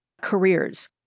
careers